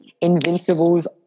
Invincibles